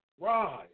rise